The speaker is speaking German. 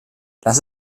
lass